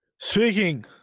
speaking